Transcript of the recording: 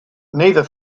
neither